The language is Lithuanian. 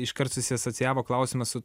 iškart susiasocijavo klausimas su